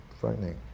frightening